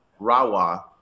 Rawa